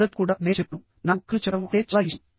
మొదట్లో కూడా నేను చెప్పానునాకు కథలు చెప్పడం అంటే చాలా ఇష్టం